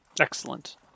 Excellent